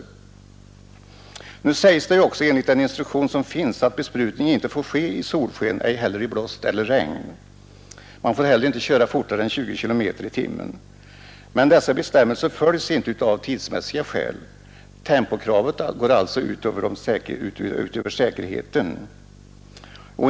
Nu sägs det i den instruktion som finns att besprutning inte får ske i solsken, ej heller i blåst eller regn. Och man får inte köra fortare än 20 kilometer i timmen. Men av tidsmässiga skäl följs inte dessa bestämmelser. Tempokravet går alltså ut över säkerheten.